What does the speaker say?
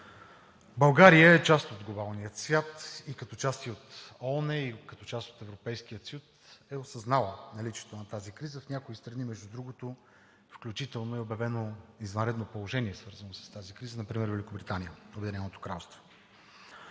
България е част от глобалния свят и като част от ООН, и като част от Европейския съюз е осъзнала наличието на тази криза. В някои страни между другото включително е обявено извънредно положение, свързано с тази криза, например Великобритания, Обединеното кралство.